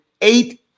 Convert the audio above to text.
eight